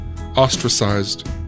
ostracized